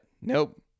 nope